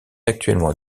actuellement